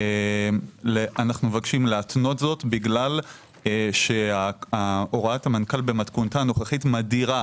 אנו מבקשים להתנות זאת בגלל שהוראת המנכ"ל במתכונתה הנוכחית מדירה